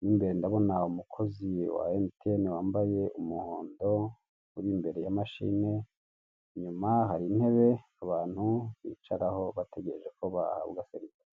mo imbere ndabonamo umukozi wa emutiyene wambaye umuhondo uri imbere ya mashine, inyuma hari intebe abantu bicaraho bategereje ko bahabwa serivise.